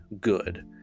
good